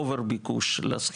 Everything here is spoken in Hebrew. אני לא אוהב את התככנות הזאת,